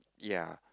ya